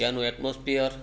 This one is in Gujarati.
ત્યાંનું એટમોસફીયર